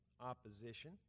opposition